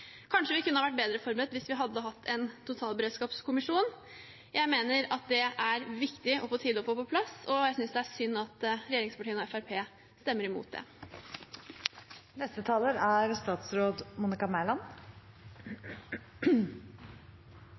Kanskje vi kunne ha vært bedre forberedt hvis vi hadde hatt en totalberedskapskommisjon. Jeg mener at det er viktig og på tide å få på plass, og jeg synes det er synd at regjeringspartiene og Fremskrittspartiet stemmer imot